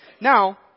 Now